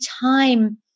time